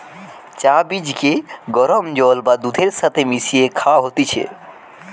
চা বীজকে গরম জল বা দুধের সাথে মিশিয়ে খায়া হতিছে